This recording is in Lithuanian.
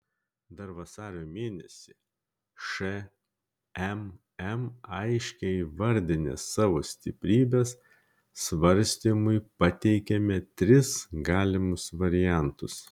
dar vasario mėnesį šmm aiškiai įvardinę savo stiprybes svarstymui pateikėme tris galimus variantus